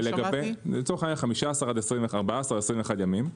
לצורך העניין 14 עד 21 ימים,